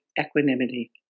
equanimity